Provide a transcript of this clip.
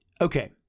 okay